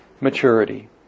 maturity